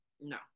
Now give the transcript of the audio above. No